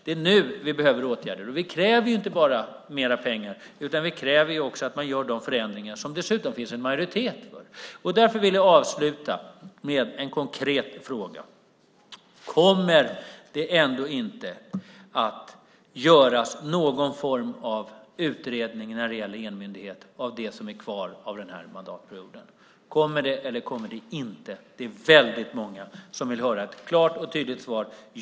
Det är nu vi behöver åtgärder, och vi kräver inte bara mer pengar utan också att man gör de förändringar som det dessutom finns en majoritet för. Därför vill jag avsluta med en konkret fråga: Kommer det ändå inte att göras någon form av utredning när det gäller en enmyndighet under det som är kvar av den här mandatperioden? Kommer det, eller kommer det inte? Det är väldigt många som vill höra ett klart och tydligt svar.